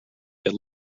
that